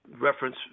reference